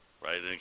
right